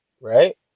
right